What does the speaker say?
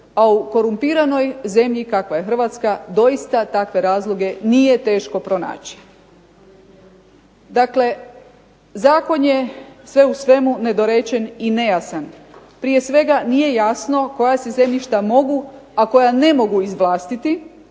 a u korumpiranoj zemlji kakva je Hrvatska doista takve razloge nije teško pronaći. Dakle, zakon je sve u svemu nedorečen i nejasan. Prije svega nije jasno koja se zemljišta mogu, a koja ne mogu izvlastiti